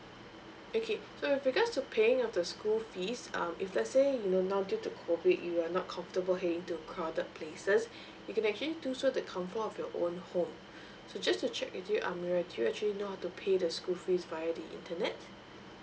okay so with regards to paying of the school fees um if let's say you know now due to COVID you are not comfortable hanging through crowded places you can actually do so in the comfort of your own home so just to check with you amirah do you actually know how to pay the school fees via the internet